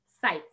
sites